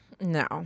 No